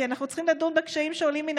כי אנחנו צריכים לדון בקשיים שעולים מן